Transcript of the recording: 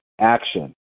action